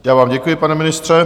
Já vám děkuji, pane ministře.